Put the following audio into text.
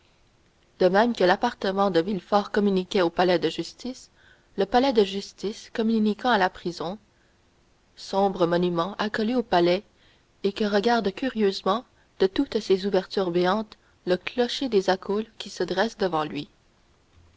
de même que l'appartement de villefort communiquait au palais de justice le palais de justice communiquait à la prison sombre monument accolé au palais et que regarde curieusement de toutes ses ouvertures béantes le clocher des accoules qui se dresse devant lui